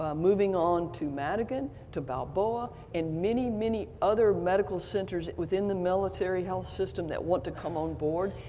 ah moving on to mattigan, to balboa, and many, many other medical centers within the military health system that want to come on board.